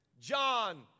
John